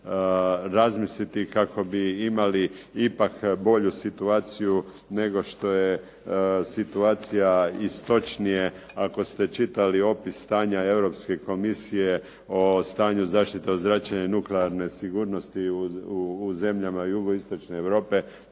razmisliti kako bi imali ipak bolju situaciju nego što je situacija istočnije, ako ste čitali opis stanja Europske Komisije o stanju zaštite od zračenja nuklearne sigurnosti u zemljama jugoistočne Europe,